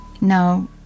No